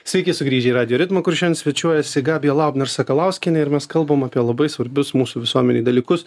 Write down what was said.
sveiki sugrįžę į radijo ritmą kur šiandien svečiuojasi gabija laubner sakalauskienė ir mes kalbam apie labai svarbius mūsų visuomenei dalykus